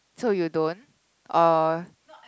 so you don't oh